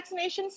vaccinations